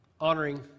honoring